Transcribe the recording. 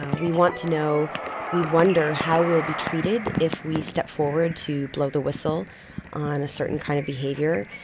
ah we want to know we wonder how we'll be treated if we step forward to blow the whistle on a certain kind of behavior.